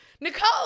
Nicole